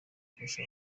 kurusha